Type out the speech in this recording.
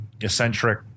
eccentric